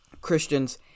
Christians